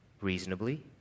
Reasonably